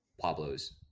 Pablos